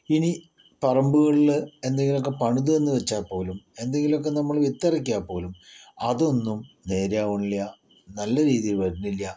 ഇനി പറമ്പുകളിൽ എന്തെങ്കിലുമൊക്കെ പണിതു എന്നുവച്ചാൽ പോലും എന്തെങ്കിലുമൊക്കെ നമ്മൾ വിത്തിറക്കിയാൽ പോലും അതൊന്നും നേരെയാവുന്നില്ല നല്ല രീതിയിൽ വരുന്നില്ല